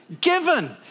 Given